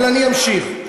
אין שר, אבל אני אמשיך.